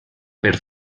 per